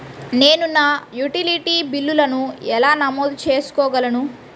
నేను నా యుటిలిటీ బిల్లులను ఎలా నమోదు చేసుకోగలను?